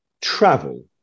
travel